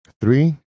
Three